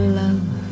love